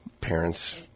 parents